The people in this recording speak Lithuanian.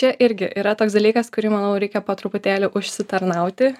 čia irgi yra toks dalykas kurį manau reikia po truputėlį užsitarnauti